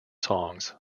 songs